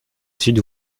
sud